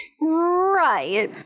Right